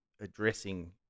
addressing